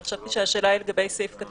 אבל חשבתי שהשאלה היא לגבי סעיף (ג).